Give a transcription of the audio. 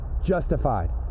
justified